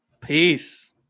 Peace